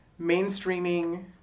mainstreaming